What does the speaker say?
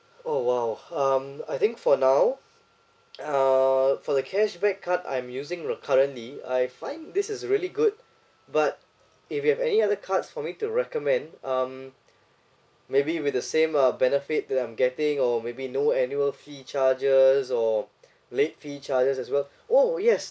oh !wow! um I think for now err for the cashback card I'm using currently I've find this is really good but if you have any other cards for me to recommend um maybe with the same uh benefit that I'm getting or maybe no annual fee charges or late fee charges as well oh yes